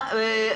ביאליסטוק כהן,